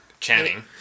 Channing